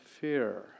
fear